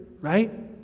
right